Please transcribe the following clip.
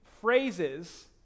phrases